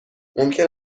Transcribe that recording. ممکن